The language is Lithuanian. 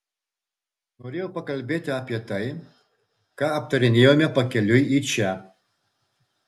norėjau pakalbėti apie tai ką aptarinėjome pakeliui į čia